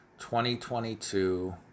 2022